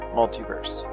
Multiverse